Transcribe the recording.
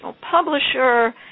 publisher